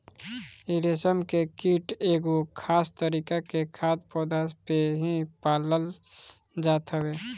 इ रेशम के कीट एगो खास तरीका के खाद्य पौधा पे ही पालल जात हवे